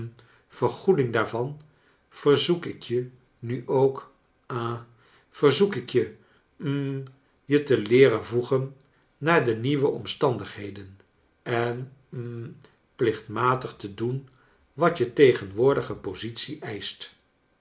vergoeding daarvan verzoek ik je nu ook ha verzoek ik je hm je te leeren voegen naar de nieuwe omstandigheden en hm plichtmatig te doen wat je tegenwoordige positie eischt